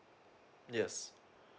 yes